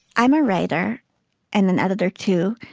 i'm a writer and an editor too.